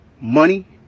money